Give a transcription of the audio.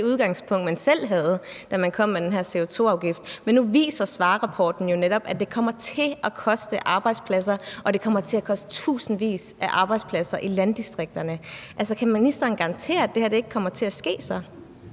udgangspunkt, man selv havde, da man kom med den her CO2-afgift. Men nu viser Svarerrapporten jo netop, at det kommer til at koste arbejdspladser, og det kommer til at koste tusindvis af arbejdspladser i landdistrikterne. Kan ministeren garantere, at det her så ikke kommer til at ske?